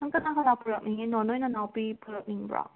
ꯅꯪ ꯀꯅꯥ ꯀꯅꯥ ꯄꯨꯔꯛꯅꯤꯡꯉꯤꯅꯣ ꯅꯣꯏ ꯅꯅꯥꯎꯄꯤ ꯄꯨꯔꯛꯅꯤꯡꯕ꯭ꯔꯣ